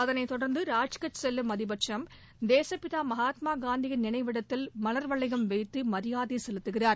அதனைத் தொடர்ந்து ராஜ்காட் செல்லும் அதிபர் ட்ரம்ப் தேசப்பிதா மகாத்மா காந்தியின் நினைவிடத்தில் மலர்வளையம் வைத்து மரியாதை செலுத்துகிறார்